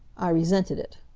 i resented it.